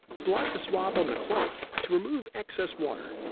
blot the swab on the cloth to remove excess water.